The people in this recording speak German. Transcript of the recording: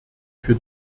für